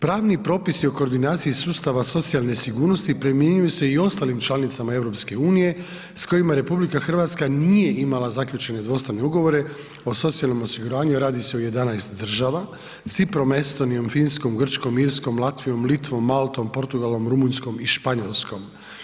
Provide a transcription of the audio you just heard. Pravni propisi o koordinaciji sustava socijalne sigurnosti primjenjuju se u ostalim članicama EU s kojima RH nije imala zaključene dvostrane ugovore o socijalnom osiguranju, a radi se o 11 država Ciprom, Estonijom, Finskom, Grčkom, Irskom, Latvijom, Litvom, Maltom, Portugalom, Rumunjskom i Španjolskom.